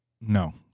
No